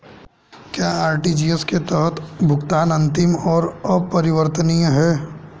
क्या आर.टी.जी.एस के तहत भुगतान अंतिम और अपरिवर्तनीय है?